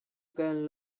can